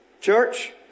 Church